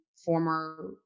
former